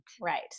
Right